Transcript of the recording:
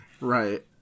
Right